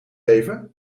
even